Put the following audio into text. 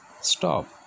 stop